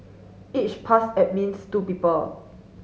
each pass admits two people